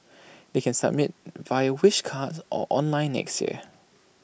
they can submit via wish cards or online next year